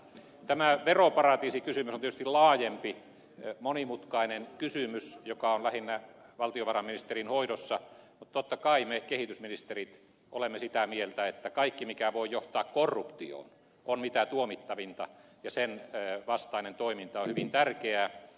tämä veroparatiisikysymys on tietysti laajempi monimutkainen kysymys joka on lähinnä valtiovarainministerin hoidossa mutta totta kai me kehitysministerit olemme sitä mieltä että kaikki mikä voi johtaa korruptioon on mitä tuomittavinta ja sen vastainen toiminta on hyvin tärkeää